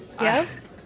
Yes